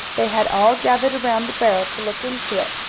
they had all gathered around the barrel to look into it,